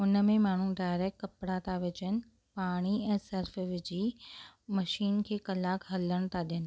हुन में माण्हू डायरेक्ट कपिड़ा था विझनि पाणी ऐं सर्फ़ विझी मशीन खे कलाकु हलणु था ॾियन